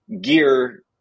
gear